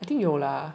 I think 有啦